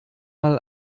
mal